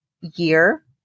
year